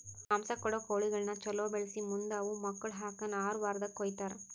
ಮಾಂಸ ಕೊಡೋ ಕೋಳಿಗಳನ್ನ ಛಲೋ ಬೆಳಿಸಿ ಮುಂದ್ ಅವು ಮಕ್ಕುಳ ಹಾಕನ್ ಆರ ವಾರ್ದಾಗ ಕೊಯ್ತಾರ